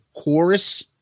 chorus